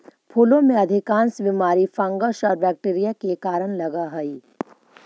फूलों में अधिकांश बीमारी फंगस और बैक्टीरिया के कारण लगअ हई